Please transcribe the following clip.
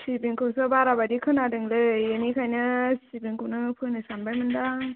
सिबिंखौसो बारा बायदि खोनादों लै बेनिखायनो सिबिंखौनो फोनो सानबायमोन आं